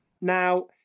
now